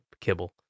kibble